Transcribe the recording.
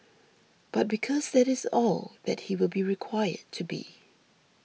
but because that it's all that he will be required to be